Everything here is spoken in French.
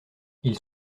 ils